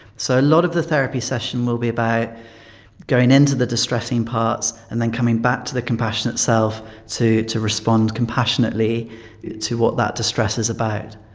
so a lot of the therapy session will be about going into the distressing parts and then coming back to the compassionate self to to respond compassionately to what that distress is about.